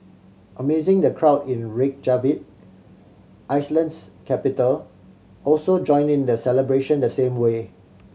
amazing the crowd in Reykjavik Iceland's capital also join in the celebration the same way